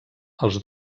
els